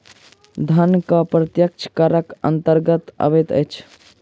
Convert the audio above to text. धन कर प्रत्यक्ष करक अन्तर्गत अबैत अछि